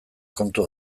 kontu